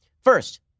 First